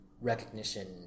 recognition